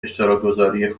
اشتراکگذاری